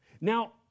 Now